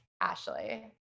Ashley